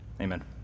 Amen